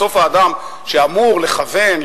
בסוף האדם שאמור לכוון,